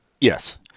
Yes